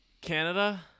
canada